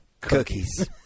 cookies